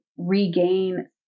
Regain